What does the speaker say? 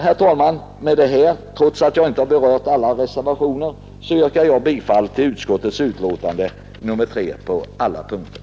Herr talman, med det anförda yrkar jag, trots att jag inte har berört alla reservationer, bifall till utskottets förslag på alla punkter i dess betänkande nr 3.